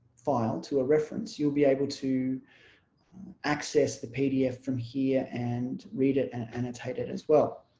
file to a reference you'll be able to access the pdf from here and read it and annotate it as well